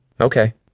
Okay